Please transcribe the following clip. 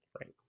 Right